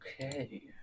Okay